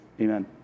Amen